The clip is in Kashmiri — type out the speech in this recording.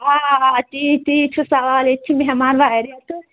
آ آ تی تی چھُ سوال ییٚتہِ چھِ مہمان واریاہ تہٕ